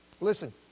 Listen